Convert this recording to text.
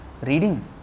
reading